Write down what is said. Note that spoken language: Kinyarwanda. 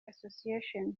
association